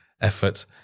effort